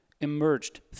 emerged